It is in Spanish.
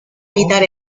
evitar